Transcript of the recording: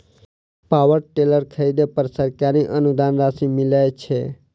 Power tiller खरीदे पर सरकारी अनुदान राशि मिलय छैय?